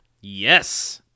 yes